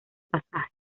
pasaje